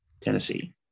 tennessee